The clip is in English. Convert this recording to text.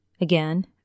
Again